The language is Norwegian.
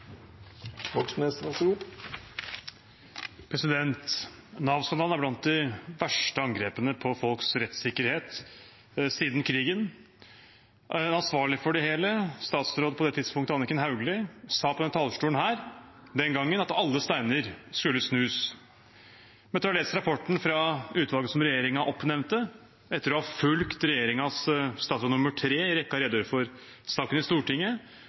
er blant de verste angrepene på folks rettssikkerhet siden krigen. Den ansvarlige for det hele, statsråden på det tidspunktet, Anniken Hauglie, sa fra denne talerstolen den gangen at alle steiner skulle snus. Men etter å ha lest rapporten fra utvalget som regjeringen oppnevnte, og etter å ha fulgt regjeringens statsråd nr. 3 i rekken redegjøre for saken i Stortinget,